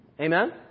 Amen